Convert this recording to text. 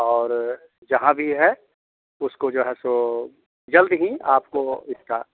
और जहाँ भी है उसको जो है सो जल्द ही आपको इसका